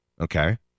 Okay